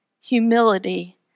humility